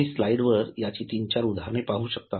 तुम्ही स्लाईडवर याची तीन चार उदाहरणे पाहू शकता